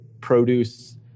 produce